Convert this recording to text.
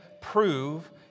prove